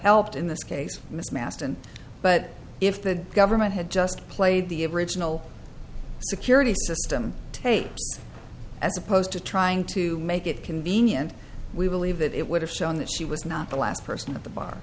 helped in this case mismatched and but if the government had just played the original security system tape as opposed to trying to make it convenient we believe that it would have shown that she was not the last person at the bar